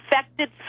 affected